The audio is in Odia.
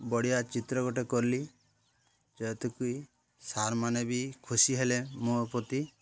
ବଢ଼ିଆ ଚିତ୍ର ଗୋଟେ କଲି ଯେହେତୁ କି ସାର୍ମାନେ ବି ଖୁସି ହେଲେ ମୋ ପ୍ରତି